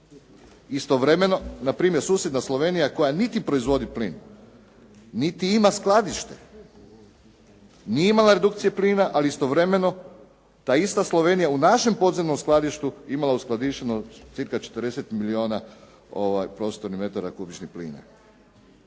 Istovremeno, na primjer susjedna Slovenija koja niti proizvodi plin, niti ima skladište nije imala redukcije plina. Ali istovremeno ta ista Slovenija u našem podzemnom skladištu imala je uskladišteno cirka 40 milijuna prostornih metara kubičnih plina.